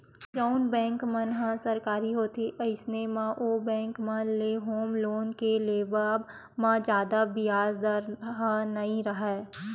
जउन बेंक मन ह सरकारी होथे अइसन म ओ बेंक मन ले होम लोन के लेवब म जादा बियाज दर ह नइ राहय